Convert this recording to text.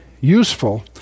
useful